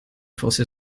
fosse